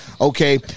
Okay